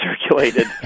circulated